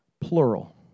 plural